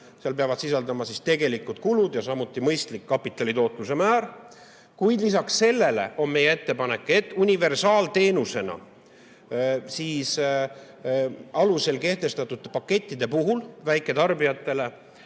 Seal peavad sisalduma tegelikud kulud ja samuti mõistlik kapitalitootluse määr. Kuid lisaks sellele on meil ettepanek, et universaalteenuse alusel kehtestatud pakettide puhul teeks riik väiketarbijatele